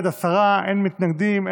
הצבעה על